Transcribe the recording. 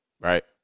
Right